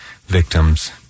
victims